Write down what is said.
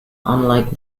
unlike